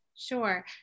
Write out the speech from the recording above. Sure